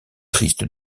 triste